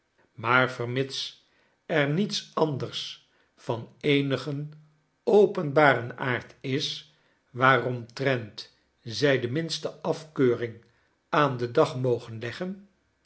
maar vermits er niets anders van eenigen openbaren aard is waaromtrent zij de minste af keuring aan den dag mogen leggen